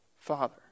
Father